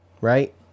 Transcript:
Right